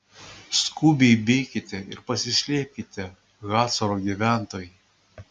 skubiai bėkite ir pasislėpkite hacoro gyventojai